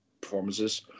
performances